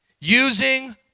using